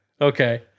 Okay